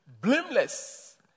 blameless